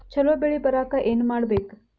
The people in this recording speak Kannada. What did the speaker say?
ಛಲೋ ಬೆಳಿ ಬರಾಕ ಏನ್ ಮಾಡ್ಬೇಕ್?